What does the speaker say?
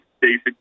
basic